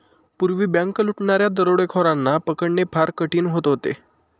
पूर्वी बँक लुटणाऱ्या दरोडेखोरांना पकडणे फार कठीण होत होते